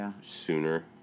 sooner